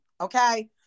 okay